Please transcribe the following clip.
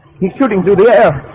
he's shooting through the air.